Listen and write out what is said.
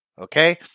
okay